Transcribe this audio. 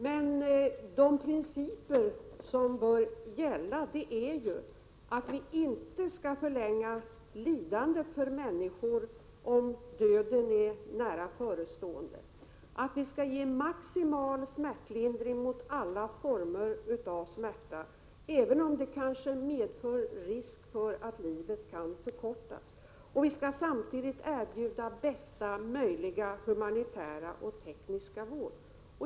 Men de principer som bör gälla är att vi inte skall förlänga lidandet för människor om döden är nära förestående, att vi skall ge maximal smärtlindring mot alla former av smärta, även om det kanske medför risk för att livet kan förkortas, och att vi samtidigt skall erbjuda bästa möjliga humanitära och tekniska vård.